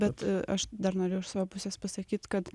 bet a aš dar norėjau iš savo pusės pasakyt kad